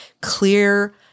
clear